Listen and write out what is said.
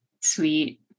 sweet